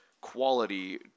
quality